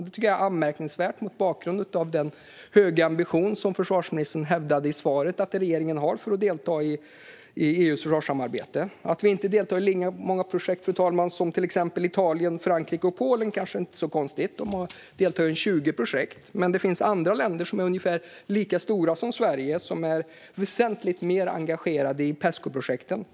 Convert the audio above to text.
Det tycker jag är anmärkningsvärt mot bakgrund av den höga ambition som försvarsministern hävdade i svaret att regeringen har för att delta i EU:s försvarssamarbete. Fru talman! Att vi inte deltar i lika många projekt som till exempel Italien, Frankrike och Polen kanske inte är så konstigt. De deltar i 20 projekt. Men det finns andra länder som är ungefär lika stora som Sverige som är väsentligt mer engagerade i Pescoprojekten.